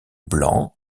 blanc